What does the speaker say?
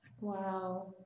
wow